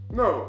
no